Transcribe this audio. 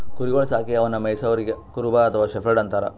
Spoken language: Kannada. ಕುರಿಗೊಳ್ ಸಾಕಿ ಅವನ್ನಾ ಮೆಯ್ಸವರಿಗ್ ಕುರುಬ ಅಥವಾ ಶೆಫರ್ಡ್ ಅಂತಾರ್